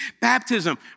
Baptism